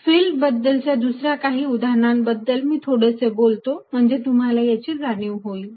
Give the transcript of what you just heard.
field बद्दलच्या दुसऱ्या काही उदाहरणं बद्दल मी थोडेसे बोलतो म्हणजे तुम्हाला याची जाणीव होईल